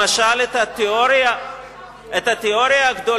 למשל את התיאוריה הגדולה,